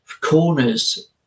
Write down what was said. corners